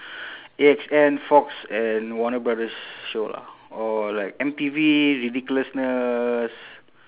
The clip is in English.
A X N fox and warner brothers show lah or like M_T_V ridiculousness